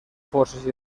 forces